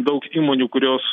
daug įmonių kurios